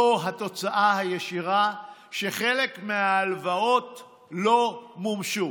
התוצאה הישירה היא שחלק מההלוואות לא מומשו.